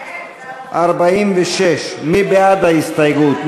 46. מי בעד ההסתייגות?